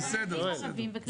יש פה כללי, ערבי וחרדי.